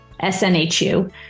SNHU